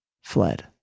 fled